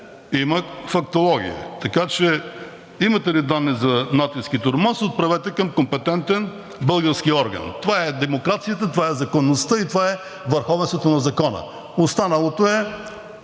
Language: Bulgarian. има фактология, така че имате ли данни за натиск и тормоз, отправете към компетентен български орган. Това е демокрацията, това е законността и това е върховенството на закона. Останалото е